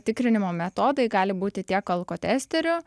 tikrinimo metodai gali būti tiek alkotesteriu